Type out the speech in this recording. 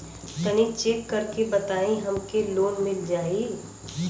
तनि चेक कर के बताई हम के लोन मिल जाई?